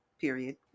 period